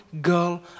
girl